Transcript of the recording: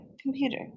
computer